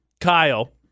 Kyle